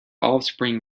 offspring